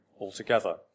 altogether